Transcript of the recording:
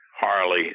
Harley